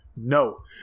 no